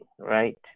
right